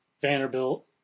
Vanderbilt